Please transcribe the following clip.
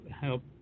help